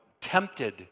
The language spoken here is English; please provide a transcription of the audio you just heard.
tempted